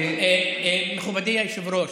מכובדי היושב-ראש,